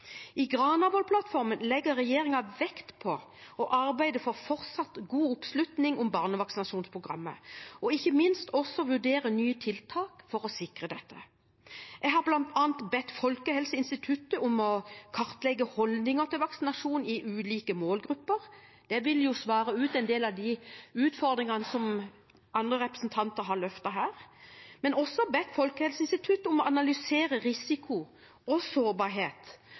I Granavolden-plattformen legger regjeringen vekt på å arbeide for en fortsatt god oppslutning om barnevaksinasjonsprogrammet og ikke minst også vurdere nye tiltak for å sikre dette. Jeg har bl.a. bedt Folkehelseinstituttet om å kartlegge holdninger til vaksinasjon i ulike målgrupper, og det vil svare uten del av de utfordringene som andre representanter har løftet fram her. Men jeg har også bedt Folkehelseinstituttet om å analysere risikoen og